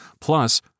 Plus